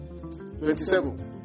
27